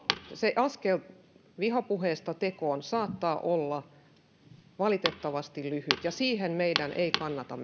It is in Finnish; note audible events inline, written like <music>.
se askel vihapuheesta tekoon saattaa olla valitettavasti lyhyt ja siihen meidän ei kannata <unintelligible>